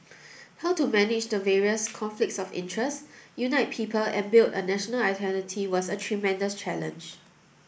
how to manage the various conflicts of interest unite people and build a national identity was a tremendous challenge